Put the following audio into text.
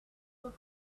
her